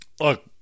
look